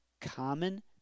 common